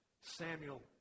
Samuel